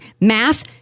math